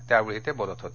त्यावेळी ते बोलत होते